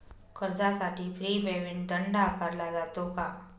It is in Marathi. कर्जासाठी प्री पेमेंट दंड आकारला जातो का?